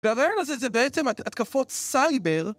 והרעיון הזה זה בעצם התקפות סייבר